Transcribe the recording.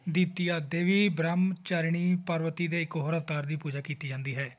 ਦੀਤੀਆ ਦੇਵੀ ਬ੍ਰਹਮਚਾਰਿਣੀ ਪਾਰਵਤੀ ਦੇ ਇੱਕ ਹੋਰ ਅਵਤਾਰ ਦੀ ਪੂਜਾ ਕੀਤੀ ਜਾਂਦੀ ਹੈ